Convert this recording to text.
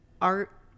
art